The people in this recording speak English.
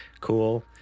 cool